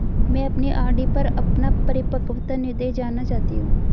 मैं अपनी आर.डी पर अपना परिपक्वता निर्देश जानना चाहती हूँ